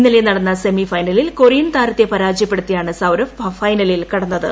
ഇന്നലെ നടന്ന സെമിഫൈനലിൽ കൊറിയൻ താരത്തെ പരാജയപ്പെടുത്തിയാണ് സൌരഭ് ഫൈനലിൽ കടന്നത്